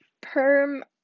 perm